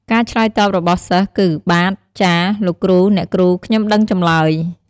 ការឆ្លើយតបរបស់សិស្សគឺ បាទ ចាស លោកគ្រូ អ្នកគ្រូ ខ្ញុំដឹងចម្លើយ។